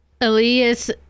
Elias